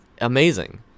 amazing